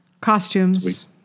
Costumes